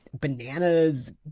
bananas